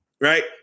right